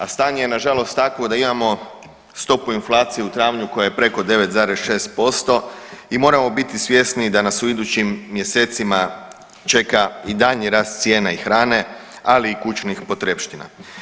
A stanje je nažalost takvo da imamo stopu inflacije u travnju koja je preko 9,6% i moramo biti svjesni da nas u idućim mjesecima čeka i daljnji rast cijena i hrane, ali i kućnih potrepština.